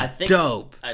dope